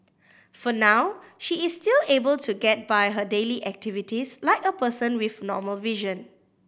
for now she is still able to get by her daily activities like a person with normal vision